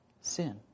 sin